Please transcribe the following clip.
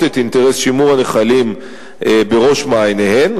את אינטרס שימור הנחלים בראש מעייניהן.